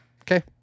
okay